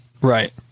Right